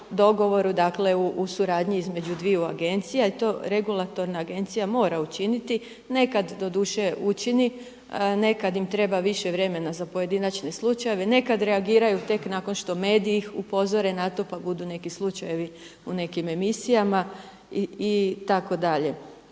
u suradnji između dvije agencija i to regulatorna agencija mora učiniti. Nekad doduše učini, nekad im treba više vremena za pojedinačne slučajeve, nekad reagiraju tek nakon što ih mediji upozore na to pa budu neki slučajevi u nekim emisijama itd. Dakle